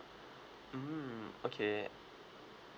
mm okay